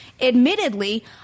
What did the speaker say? admittedly